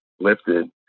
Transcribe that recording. lifted